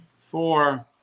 four